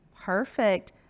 Perfect